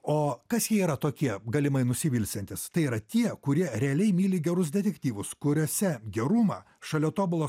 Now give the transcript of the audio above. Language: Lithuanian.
o kas jie yra tokie galimai nusivilsiantys tai yra tie kurie realiai myli gerus detektyvus kuriuose gerumą šalia tobulo